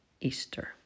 Easter